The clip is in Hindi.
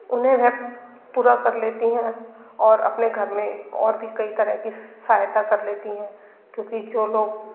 उन्हें वह पूरा कर लेती हैं और अपने घर में और भी कई तरह के सहायता कर लेती हैं क्योंकि जो लोग